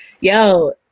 Yo